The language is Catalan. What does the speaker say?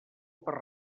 per